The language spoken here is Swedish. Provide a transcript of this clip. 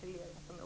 För övrigt skulle